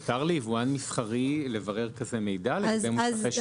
מותר ליבואן מסחרי לברר כזה מידע לגבי מוסכי שירות שלו?